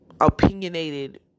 Opinionated